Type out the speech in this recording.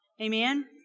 Amen